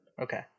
Okay